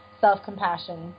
self-compassion